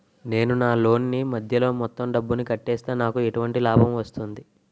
నేను నా లోన్ నీ మధ్యలో మొత్తం డబ్బును కట్టేస్తే నాకు ఎటువంటి లాభం వస్తుంది?